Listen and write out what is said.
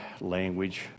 language